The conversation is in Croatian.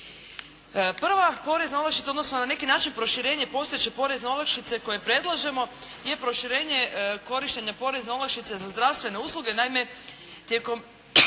Prva porezna olakšica u odnosu na neki način proširenje postojeće porezne olakšice koje predlažemo je proširenje korištenja porezne olakšice za zdravstvene usluge. Naime tijekom